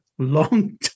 long